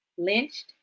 lynched